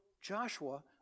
Joshua